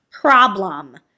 problem